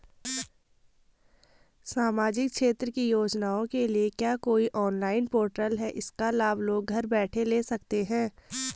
सामाजिक क्षेत्र की योजनाओं के लिए क्या कोई ऑनलाइन पोर्टल है इसका लाभ लोग घर बैठे ले सकते हैं?